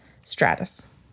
Stratus